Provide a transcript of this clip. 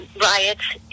riots